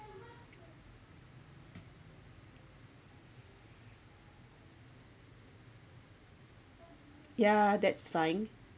yeah that's fine